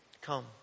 come